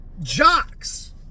jocks